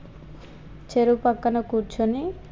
చెరువు పక్కన కూర్చొని